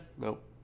Nope